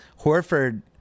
Horford